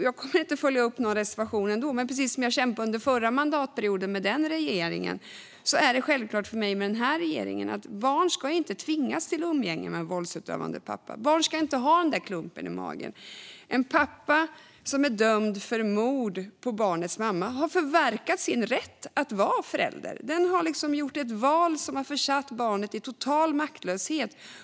Lika självklart som jag kämpade med förra regeringen tänker jag kämpa med denna regering för att barn inte ska tvingas till umgänge med en våldsutövande pappa och för att barn inte ska behöva ha den där klumpen i magen. En pappa som är dömd för mord på barnets mamma har förverkat sin rätt att vara förälder och har gjort ett val som har försatt barnet i total maktlöshet.